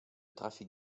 trafic